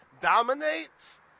dominates